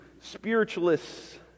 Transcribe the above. spiritualists